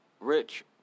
rich